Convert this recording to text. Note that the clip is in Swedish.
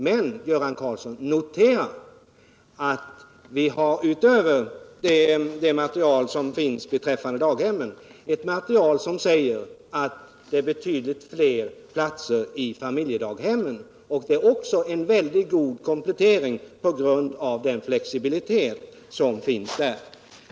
Men notera, Göran Karlsson, att vi utöver det material som finns beträffande daghemmen också har ett material i vilket sägs att det finns betydligt fler platser i familjedaghemmen. Det är en god komplettering genom den flexibilitet som finns där.